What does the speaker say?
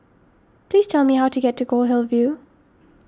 please tell me how to get to Goldhill View